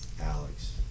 Alex